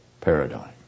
paradigm